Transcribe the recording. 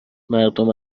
مردم